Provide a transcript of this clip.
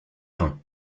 reins